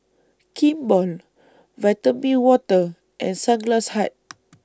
Kimball Vitamin Water and Sunglass Hut